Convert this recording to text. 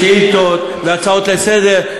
שאילתות והצעות לסדר-היום,